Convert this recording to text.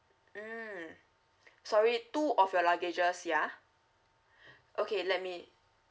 mm sorry two of your luggages yeah okay let me